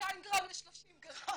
מ-200 גרם ל-30 גרם.